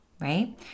right